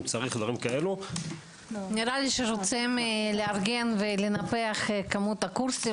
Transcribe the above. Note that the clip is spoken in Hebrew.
דברים כאלה- -- נראה לי שרוצים לנפח את כמות הקורסים